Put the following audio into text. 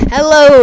Hello